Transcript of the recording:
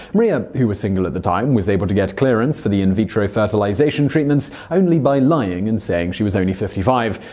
maria, who was single at the time, was able to get clearance for the in vitro fertilization treatments only by lying and saying she was only fifty five.